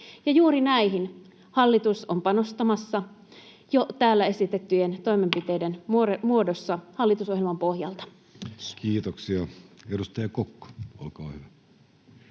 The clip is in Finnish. Juuri näihin hallitus on panostamassa jo täällä esitettyjen toimenpiteiden muodossa hallitusohjelman pohjalta. Kiitoksia. — Edustaja Kokko, olkaa hyvä.